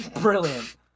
Brilliant